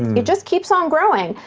it just keeps on growing.